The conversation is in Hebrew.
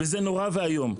וזה נורא ואיום.